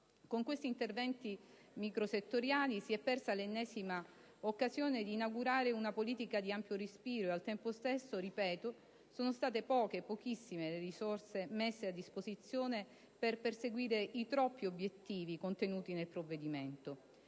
Con tali interventi microsettoriali si è persa l'ennesima occasione per inaugurare una politica di ampio respiro. Inoltre - lo ripeto - sono state poche, pochissime le risorse messe a disposizione per perseguire i troppi obiettivi contenuti nel provvedimento